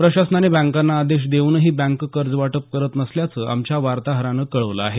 प्रशासनाने बँकांना आदेश देऊनही बँका कर्जवाटप करत नसल्याचं आमच्या वार्ताहरानं कळवलं आहे